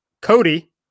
Cody